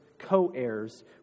co-heirs